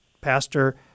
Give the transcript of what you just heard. pastor